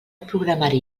programari